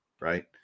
right